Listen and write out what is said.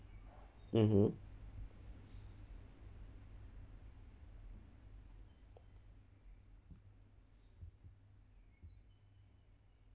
mmhmm